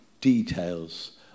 details